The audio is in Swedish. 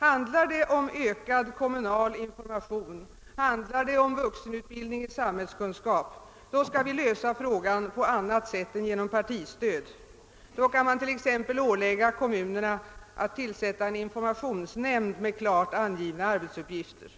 Handlar det om ökad kommunal information, handlar det om vuxenutbildning i samhällskunskap, skall vi lösa frågan på annat sätt än genom partistöd; då kan man t.ex. ålägga kommunerna att tillsätta en informationsnämnd med klart angivna arbetsuppgifter.